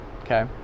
okay